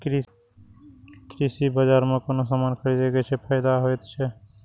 कृषि बाजार में कोनो सामान खरीदे के कि फायदा होयत छै?